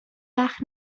وقت